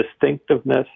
distinctiveness